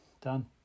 Done